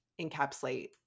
encapsulate